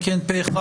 הצו אושר פה אחד.